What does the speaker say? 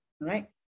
right